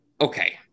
okay